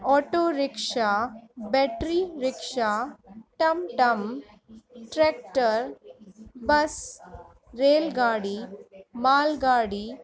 auto rickshaw battery rickshaw टमटम tractor bus rail गाॾी माल गाॾी